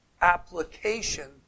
application